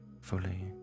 fully